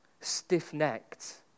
stiff-necked